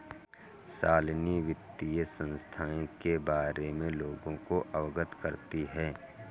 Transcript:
शालिनी वित्तीय संस्थाएं के बारे में लोगों को अवगत करती है